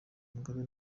mugabe